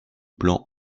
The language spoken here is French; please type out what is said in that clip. blanc